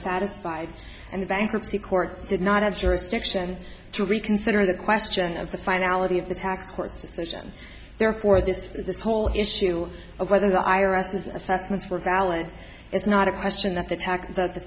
satisfied and the bankruptcy court did not have jurisdiction to reconsider the question of the finality of the tax court's decision therefore this this whole issue of whether the i arrest is assessments were valid it's not a question that the ta